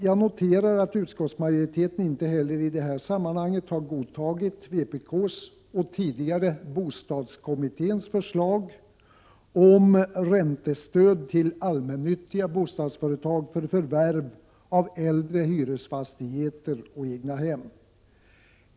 Jag noterar att utskottsmajoriteten inte heller i det här sammanhanget har godtagit vpk:s och tidigare bostadskommitténs förslag om räntestöd till allmännyttiga bostadsföretag för förvärv av äldre hyresfastigheter och egnahem.